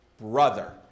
brother